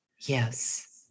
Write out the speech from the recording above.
Yes